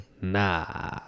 nah